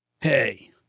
Hey